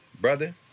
Brother